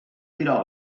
tirar